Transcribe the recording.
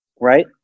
Right